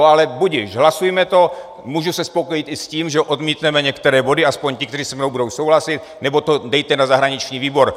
Ale budiž, hlasujme to, můžu se spokojit i s tím, že odmítneme některé body, aspoň ti, kteří se mnou budou souhlasit, nebo to dejte na zahraniční výbor.